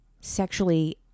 sexually